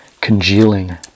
congealing